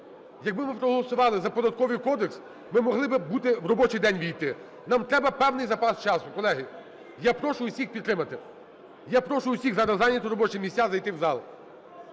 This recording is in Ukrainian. Якби ми проголосували за Податковий кодекс, ми могли би бути... в робочий день ввійти. Нам треба певний запас часу. Колеги, я прошу всіх підтримати. Я прошу всіх зараз зайняти робочі місця, зайти в зал.